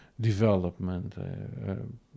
development